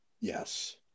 Yes